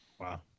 wow